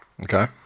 Okay